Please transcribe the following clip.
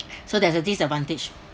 so there's a disadvantage